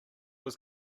was